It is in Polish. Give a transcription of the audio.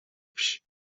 wsi